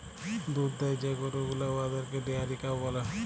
দুহুদ দেয় যে গরু গুলা উয়াদেরকে ডেয়ারি কাউ ব্যলে